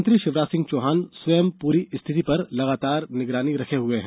मुख्यमंत्री शिवराज सिंह चौहान स्वयं पूरी स्थिति पर लगातार निगरानी रखे हुए हैं